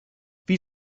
wie